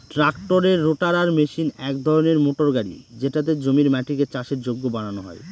ট্রাক্টরের rotator machine এক ধরনের মোটর গাড়ি যেটাতে জমির মাটিকে চাষের যোগ্য বানানো হয়